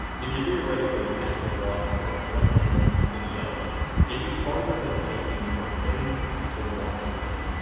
if you theoretically had to walk from one end to the other it'd be farther than hiking from maine to washington.